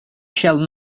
shall